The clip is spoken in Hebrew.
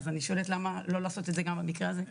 אז אני שואלת למה לא לעשות את זה גם במקרה הזה.